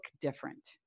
different